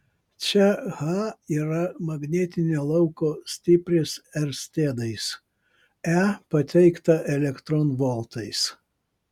čia h yra magnetinio lauko stipris erstedais e pateikta elektronvoltais